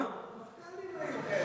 מפכ"לים היו כאלה.